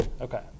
Okay